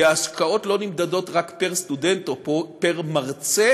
כי ההשקעות לא נמדדות רק פר-סטודנט או פר-מרצה